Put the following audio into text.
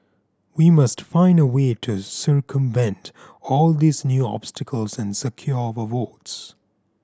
we must find a way to circumvent all these new obstacles and secure our votes